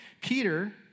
Peter